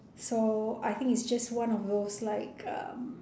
so I think it's just one of those like um